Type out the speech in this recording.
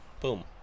Boom